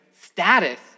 status